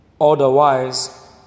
Otherwise